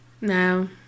No